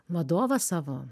vadovą savo